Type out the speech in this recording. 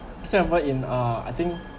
same of us in uh I think